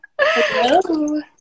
Hello